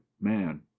man